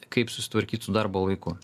kaip susitvarkyt su darbo laiku